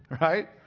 right